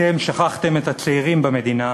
אתם שכחתם את הצעירים במדינה,